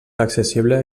accessible